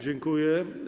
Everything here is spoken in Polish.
Dziękuję.